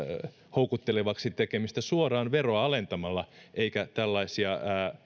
houkuttelevaksi tekemistä suoraan veroa alentamalla eikä tällaisia